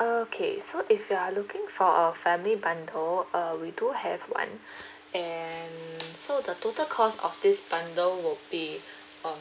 okay so if you are looking for family bundle uh we do have one and so the total cost of this bundle would be um